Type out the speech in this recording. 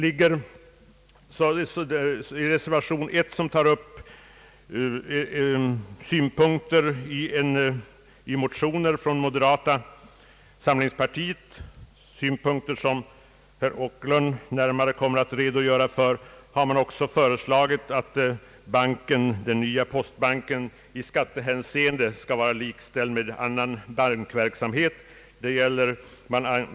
I reservation 1, som tar upp synpunkter i motioner från moderata samlingspartiet, vilka herr Åkerlund närmare kommer att redogöra för, föreslås att den nya postbanken i skattehänseende skall vara likställd med annan bankverksamhet.